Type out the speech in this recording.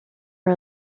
are